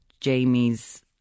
Jamie's